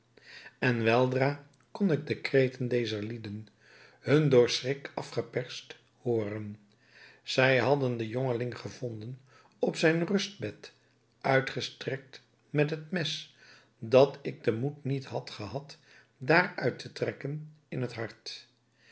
en weldra kon ik de kreten dezer lieden hun door schrik afgeperst hooren zij hadden den jongeling gevonden op zijn rustbed uitgestrekt met het mes dat ik den moed niet had gehad daaruit te trekken in het hart